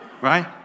right